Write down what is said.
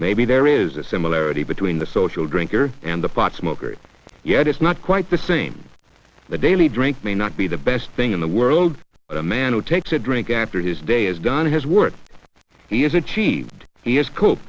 maybe there is a similarity between the social drinker and the pot smoker yet it's not quite the same the daily drink may not be the best thing in the world but a man who takes a drink after his day is done his work he